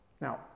Now